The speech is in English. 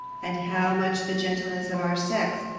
and how much the gentleness of our sex,